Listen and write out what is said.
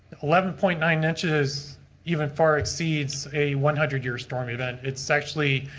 eleven point nine inches human far exceeds a one hundred year storm event. it's actually.